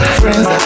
friends